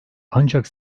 ancak